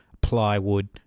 plywood